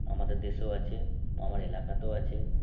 আমাদের দেশেও আছে আমার এলাকাতেও আছে